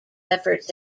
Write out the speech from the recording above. efforts